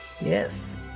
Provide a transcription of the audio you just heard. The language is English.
Yes